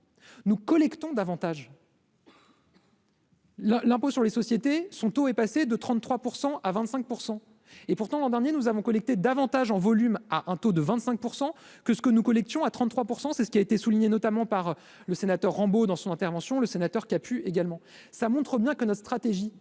nous collectons davantage. La l'impôt sur les sociétés, son taux est passé de 33 % à 25 % et pourtant l'an dernier, nous avons collecté davantage en volume à un taux de 25 % que ce que nous collections à 33 %, c'est ce qui a été souligné notamment par le sénateur Rambo dans son intervention, le sénateur qui a pu également, ça montre bien que nos stratégies